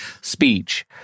speech